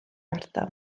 ardal